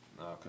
Okay